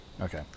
okay